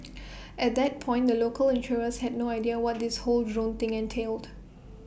at that point the local insurers had no idea what this whole drone thing entailed